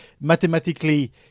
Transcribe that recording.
mathematically